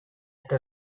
eta